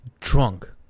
drunk